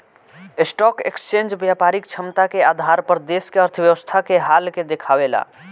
stock exchange व्यापारिक क्षमता के आधार पर देश के अर्थव्यवस्था के हाल के देखावेला